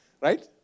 right